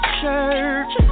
church